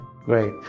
Great